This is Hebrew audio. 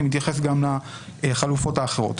זה מתייחס גם לחלופות האחרות.